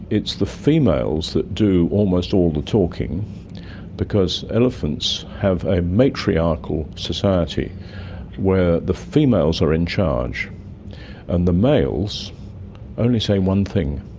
it's the females that do almost all the talking because elephants have a matriarchal society where the females are in charge and the males only say one thing.